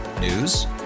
News